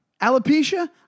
Alopecia